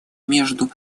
между